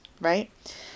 right